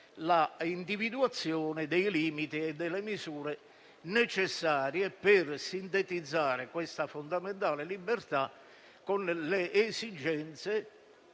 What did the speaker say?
l'individuazione dei limiti e delle misure necessarie per sintetizzare questa fondamentale libertà con le esigenze